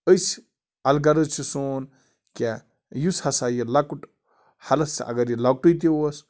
أسۍ الغرض چھِ سون کیٛاہ یُس ہَسا یہِ لۄکُٹ ہٮ۪لٕتھ اَگر یہِ لۄکٹُے تہِ اوس